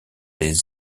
des